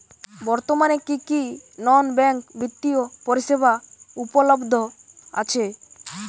বর্তমানে কী কী নন ব্যাঙ্ক বিত্তীয় পরিষেবা উপলব্ধ আছে?